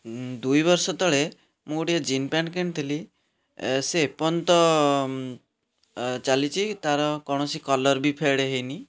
ଦୁଇ ବର୍ଷ ତଳେ ମୁଁ ଗୋଟିଏ ଜିନ୍ ପ୍ୟାଣ୍ଟ୍ କିଣିଥିଲି ସେ ଏ ପର୍ଯ୍ୟନ୍ତ ଚାଲିଛି ତା'ର କୌଣସି କଲର୍ ବି ଫେଡ଼୍ ହେଇନି